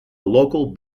local